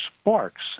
sparks